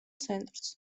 ცენტრს